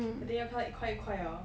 I think 要看到一块一块 hor